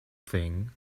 thing